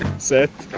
set,